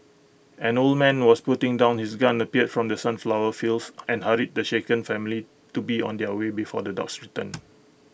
an old man was putting down his gun appeared from the sunflower fields and hurried the shaken family to be on their way before the dogs return